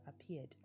appeared